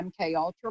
MKUltra